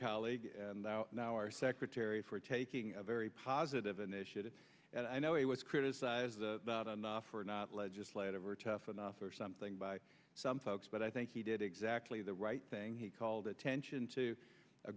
colleague and now our secretary for taking a very positive initiative and i know he was criticized the enough for not legislative or tough enough or something by some folks but i think he did exactly the right thing he called attention to a